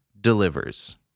delivers